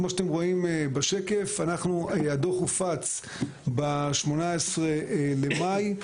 כמו שאתם רואים בשקף, הדוח הופץ ב-18 במאי,